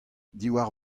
diwar